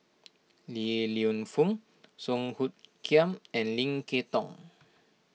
Li Lienfung Song Hoot Kiam and Lim Kay Tong